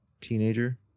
teenager